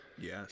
Yes